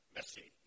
Messy